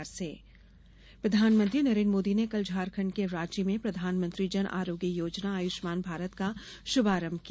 आयुष्मान भारत प्रधानमंत्री नरेन्द्र मोदी ने कल झारखंड के रांची में प्रधानमंत्री जनआरोग्य योजना आयुष्मान भारत का शुभारंभ किया